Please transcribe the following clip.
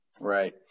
Right